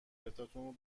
پرتاتون